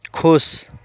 खुश